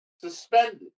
suspended